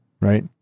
Right